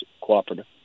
cooperative